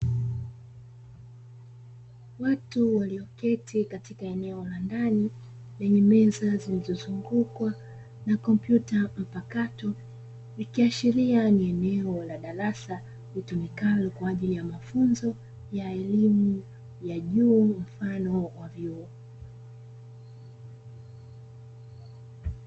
Watu walioketi katika eneo la ndani lenye meza zilizozungukwa na kompyuta mpakato, ikiashilia ni eneo la darasa litumikalo kwa ajili ya mafunzo ya elimu ya juu mfano wa vyuo.